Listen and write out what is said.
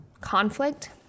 conflict